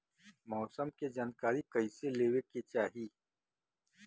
मौसम के जानकारी कईसे लेवे के चाही?